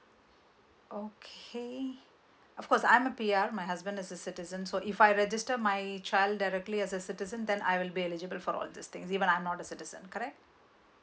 okay of course I'm a P_R my husband is a citizen so if I register my child directly as a citizen then I will be eligible for all these things even I'm not a citizen correct